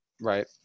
Right